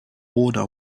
order